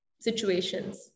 situations